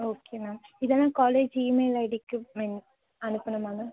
okay ma'am இதெல்லாம் college email ஐடிக்கு மே அனுப்பணுமா மேம்